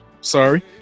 sorry